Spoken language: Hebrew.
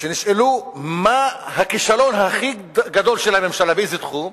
מה הכישלון הכי גדול של הממשלה, באיזה תחום?